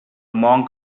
monk